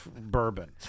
bourbon